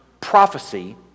prophecy